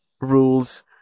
rules